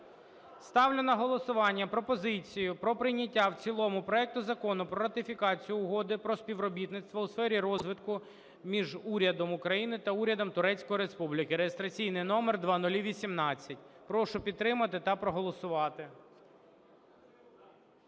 Ставлю на голосування пропозицію про прийняття в цілому проекту Закону про ратифікацію Угоди про співробітництво у сфері розвитку між Урядом України та Урядом Турецької Республіки (реєстраційний номер 0018). Прошу підтримати та проголосувати.